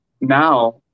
now